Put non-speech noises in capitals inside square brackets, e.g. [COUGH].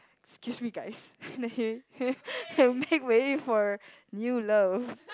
excuse me guys [NOISE] make way for new love